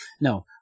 No